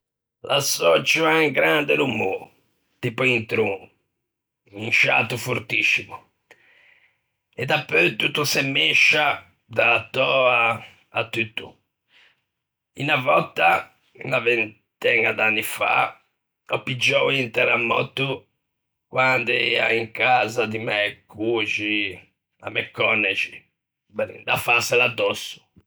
L'assòcio à un grande rumô, tipo un tron, un sciato fortiscimo, e dapeu tutto che se mescia, da-a töa, à tutto. Unna vòtta, unna vinteña de anni fa, ò piggiou un tæremòtto quande ea in casa di mæ coxi à Mecònexi. Da fâsela addòsso.